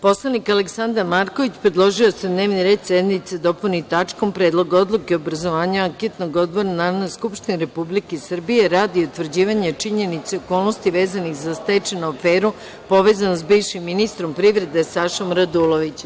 Poslanik Aleksandar Marković, predložio je da se dnevni red sednice dopuni tačkom – Predlog odluke o obrazovanju anketnog odbora Narodne skupštine Republike Srbije radi utvrđivanja činjenica i okolnosti vezanih za stečajnu aferu povezanom sa bivšim ministrom privrede Sašom Radulovićem.